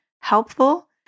helpful